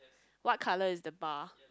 what colour is the bar